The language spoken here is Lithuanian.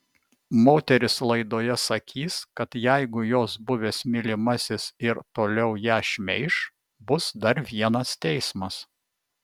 moteris laidoje sakys kad jeigu jos buvęs mylimasis ir toliau ją šmeiš bus dar vienas teismas